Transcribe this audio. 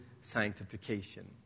sanctification